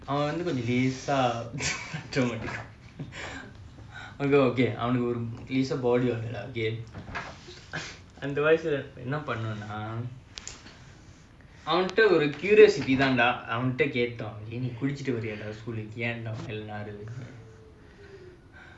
அவன்வந்துகொஞ்சம்லேசா:avan vandhu konjam lesa okay அவனுக்குஅந்தவயசுலஎன்னபண்ணோம்னாஅவன்கிட்டகேட்டோம்நீ:avanukku andha vayasula enna pannomna avankita ketom nee daily குளிச்சிட்டுவரியாஏன்மேலலாம்நாறுதுன்னு:kulichitu varia yen melalam naruthunu